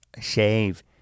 shave